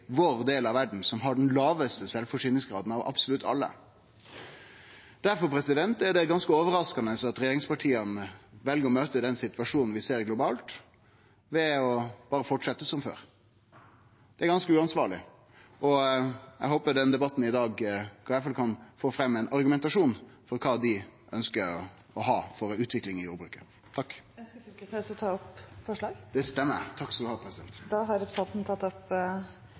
vår del av verda som har den lågaste sjølvforsyningsgraden av absolutt alle. Difor er det ganske overraskande at regjeringspartia vel å møte den situasjonen vi ser globalt, med å fortsetje som før. Det er ganske uansvarleg, og eg håper at debatten i dag i alle fall kan få fram ein argumentasjon om kva utvikling dei ønskjer å ha i jordbruket. Ønsker representanten Knag Fylkesnes å ta opp forslag? Det stemmer. Takk, president. Da har representanten Torgeir Knag Fylkesnes tatt opp